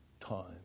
time